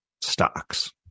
stocks